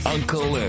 Uncle